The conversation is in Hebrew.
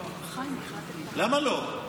למה לא?